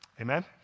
Amen